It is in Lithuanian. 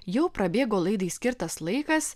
jau prabėgo laidai skirtas laikas